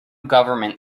government